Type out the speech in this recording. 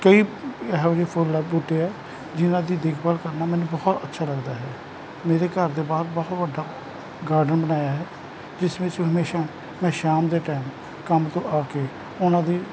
ਕਈ ਇਹੋ ਜਿਹੇ ਫੁੱਲ ਹੈ ਬੂਟੇ ਹੈ ਜਿਹਨਾਂ ਦੀ ਦੇਖ ਭਾਲ ਕਰਨਾ ਮੈਨੂੰ ਬਹੁਤ ਅੱਛਾ ਲੱਗਦਾ ਹੈ ਮੇਰੇ ਘਰ ਦੇ ਬਾਹਰ ਬਹੁਤ ਵੱਡਾ ਗਾਰਡਨ ਬਣਾਇਆ ਹੈ ਇਸ ਵਿੱਚ ਮੈਂ ਹਮੇਸ਼ਾਂ ਸ਼ਾਮ ਦੇ ਟਾਈਮ ਕੰਮ ਤੋਂ ਆ ਕੇ ਉਹਨਾਂ ਦੀ